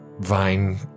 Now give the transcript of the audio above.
vine